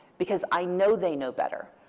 because i know they know better.